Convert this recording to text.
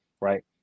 right